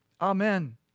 Amen